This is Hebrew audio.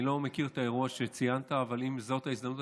אני לא מכיר את האירוע שציינת אבל אם זו ההזדמנות,